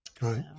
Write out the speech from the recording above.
right